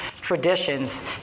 traditions